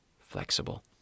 flexible